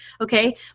Okay